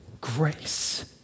grace